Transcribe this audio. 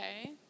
okay